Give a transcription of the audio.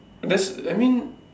that's I mean